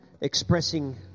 expressing